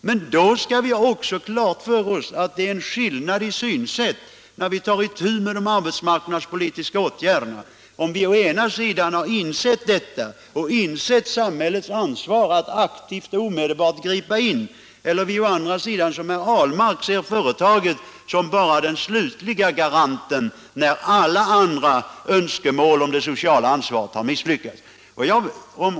Men när vi tar itu med de arbetsmarknadspolitiska åtgärderna skall vi också ha klart för oss att det är en skillnad i synsättet mellan å ena sidan dem som anser att samhället har ett ansvar att aktivt och omedelbart gripa in och å andra sidan dem som, liksom herr Ahlmark, ser företagen som den slutliga garanten när alla andra önskemål om det sociala ansvaret har misslyckats.